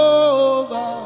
over